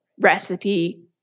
recipe